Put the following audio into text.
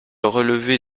relevé